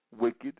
wicked